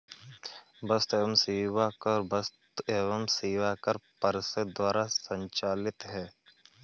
वस्तु एवं सेवा कर वस्तु एवं सेवा कर परिषद द्वारा संचालित है